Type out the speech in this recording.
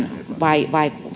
vai